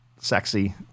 sexy